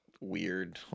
weird